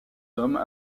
hommes